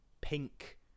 pink